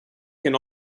can